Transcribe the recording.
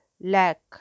lack